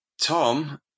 Tom